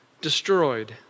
destroyed